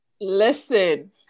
Listen